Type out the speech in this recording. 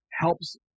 helps